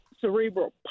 cerebral